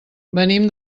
venim